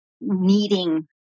needing